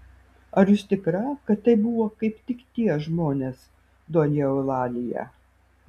ar jūs tikra kad tai buvo kaip tik tie žmonės donja eulalija